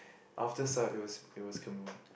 after Saat it was it was Kamu